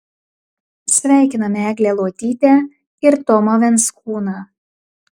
sveikiname eglę luotytę ir tomą venskūną